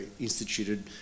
instituted